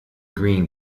green